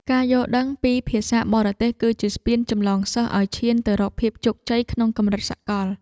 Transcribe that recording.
ការយល់ដឹងពីភាសាបរទេសគឺជាស្ពានចម្លងសិស្សឱ្យឈានទៅរកភាពជោគជ័យក្នុងកម្រិតសកល។